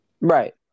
Right